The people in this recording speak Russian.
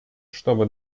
чтобы